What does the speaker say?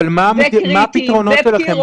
אבל מה הם הפתרונות שלכם,